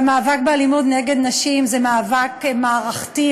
והמאבק באלימות נגד נשים זה מאבק מערכתי.